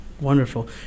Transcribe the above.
Wonderful